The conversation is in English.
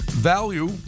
Value